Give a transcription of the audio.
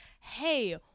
Hey